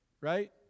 Right